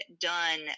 done